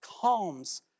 calms